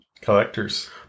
Collectors